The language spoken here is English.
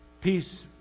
Peace